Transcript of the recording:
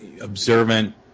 observant